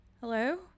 Hello